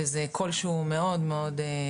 וזה קול שהוא מאוד חשוב.